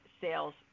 sales